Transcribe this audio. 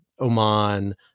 Oman